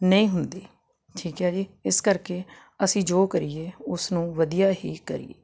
ਨਹੀਂ ਹੁੰਦੀ ਠੀਕ ਹੈ ਜੀ ਇਸ ਕਰਕੇ ਅਸੀਂ ਜੋ ਕਰੀਏ ਉਸਨੂੰ ਵਧੀਆ ਹੀ ਕਰੀਏ